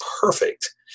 perfect